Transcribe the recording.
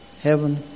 Heaven